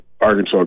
Arkansas